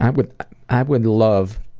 i would i would love